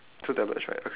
okay